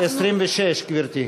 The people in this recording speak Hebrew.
26, גברתי.